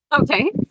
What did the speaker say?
okay